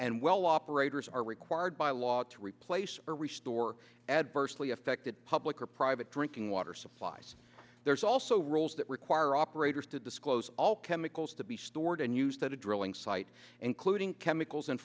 and well operators are required by law to replace or restore adversely affected public or private drinking water supplies there's also role that require operators to disclose all chemicals to be stored and use that a drilling site including chemicals